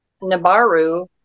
Nabaru